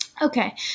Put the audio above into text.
Okay